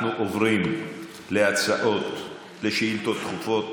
אנחנו עוברים להצעות דחופות